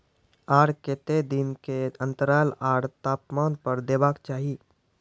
आर केते दिन के अन्तराल आर तापमान पर देबाक चाही?